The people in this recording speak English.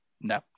No